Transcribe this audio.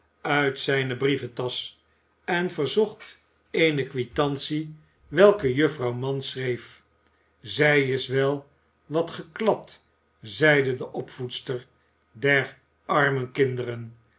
uit zijne brieventasch en verzocht eene quitantie welke juffrouw mann schreef zij is wel wat geklad zeide de opvoedster der armenkinderen